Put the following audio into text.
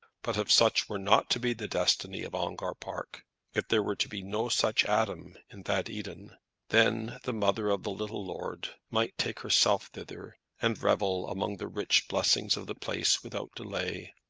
but if such were not to be the destiny of ongar park if there were to be no such adam in that eden then the mother of the little lord might take herself thither, and revel among the rich blessings of the place without delay,